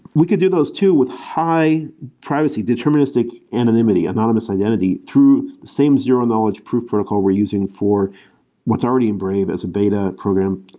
we could do those two with high privacy deterministic anonymity, anonymous identity, through the same zero-knowledge proof protocol we're using for what's already in brave as a beta program,